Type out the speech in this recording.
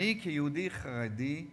אני, כיהודי חרדי,